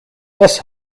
das